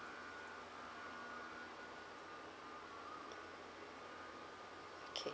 okay